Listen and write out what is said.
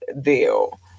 deal